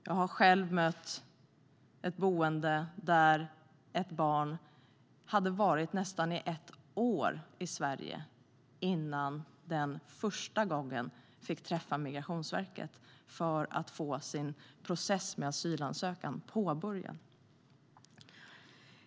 Jag har själv på ett boende mött ett barn som hade varit nästan ett år i Sverige innan denne för första gången fick träffa en representant för Migrationsverket för att få processen med asylansökan påbörjad.